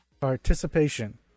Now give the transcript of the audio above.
participation